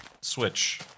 switch